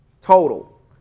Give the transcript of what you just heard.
Total